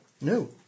no